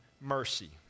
mercy